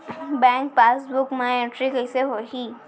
Bank passbook मा entry कइसे होही?